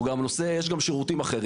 הוא גם נושא, יש גם שירותי אחרים.